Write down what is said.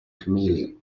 chameleon